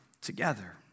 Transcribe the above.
together